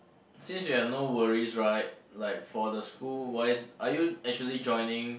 since you have no worries right like for the school wise are you actually joining